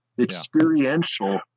experiential